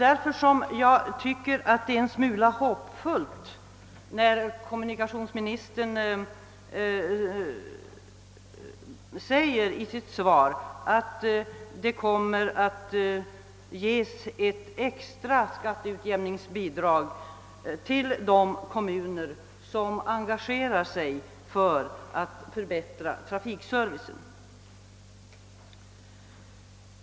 Därför tycker jag att det är litet hoppfullt när kommunikationsministern i sitt svar skriver att ett extra skatteutjämningsbidrag kommer att utgå till de kommuner som vill göra nå gonting för att förbättra trafikservicen.